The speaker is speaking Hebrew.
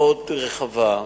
מאוד רחבה.